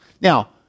Now